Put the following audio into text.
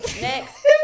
Next